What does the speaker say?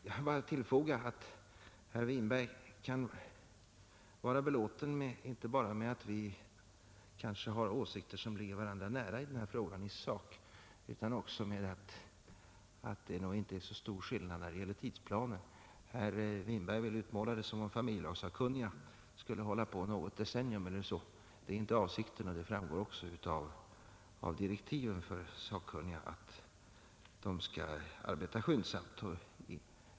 Jag vill bara tillfoga att herr Winberg kan vara belåten, inte bara med att våra avsikter i sakfrågan tydligen ligger varandra nära utan även med att det nog inte är så stor skillnad när det gäller tidsplanen. Herr Winberg ville utmåla det som om familjelagssakkunniga skulle hålla på något decennium eller så. Det är inte avsikten, och det framgår också av direktiven för de sakkunniga att de skall arbeta skyndsamt.